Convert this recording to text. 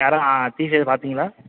யாரும் தீஃப்பை எதுவும் பார்த்தீங்களா